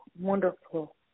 wonderful